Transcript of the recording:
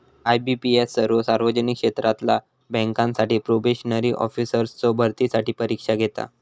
IBPS सर्वो सार्वजनिक क्षेत्रातला बँकांसाठी प्रोबेशनरी ऑफिसर्सचो भरतीसाठी परीक्षा घेता